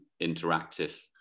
interactive